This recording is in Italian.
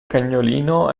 cagnolino